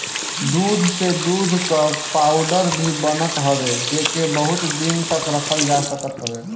दूध से दूध कअ पाउडर भी बनत हवे जेके बहुते दिन तकले रखल जा सकत हवे